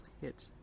hit